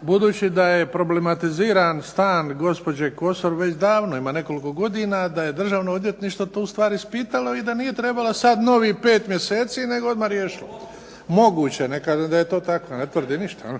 budući da je problematiziran stan gospođe Kosor već davno, ima nekoliko godina da je Državno odvjetništvo to ustvari ispitalo i da nije trebalo sad novih pet mjeseci nego odmah riješiti. Moguće, ne kažem da je to tako, ne tvrdim ništa.